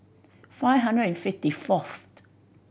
five hundred and fifty fourth